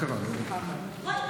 חברת